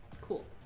Cool